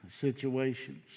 situations